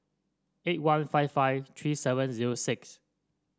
eight one five five three seven zero six